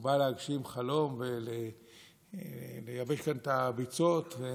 הוא בא להגשים חלום ולייבש כאן את הביצות.